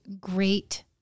great